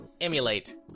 emulate